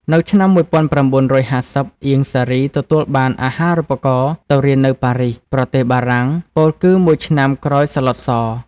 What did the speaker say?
នៅឆ្នាំ១៩៥០ អៀង សារី ទទួលបានអាហារូបករណ៍ទៅរៀននៅប៉ារីស ប្រទេសបារាំង ពោលគឺ មួយឆ្នាំក្រោយសាឡុត ស។